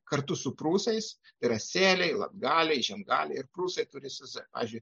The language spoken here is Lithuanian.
kartu su prūsais ir sėliai latgaliai žiemgaliai ir prūsai turi s z pavyzdžiui